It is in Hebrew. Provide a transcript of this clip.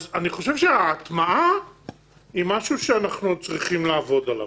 אז אני חושב שההטמעה היא משהו שאנחנו צריכים לעבוד עליו.